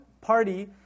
party